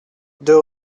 deux